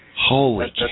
holy